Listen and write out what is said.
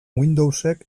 windowsek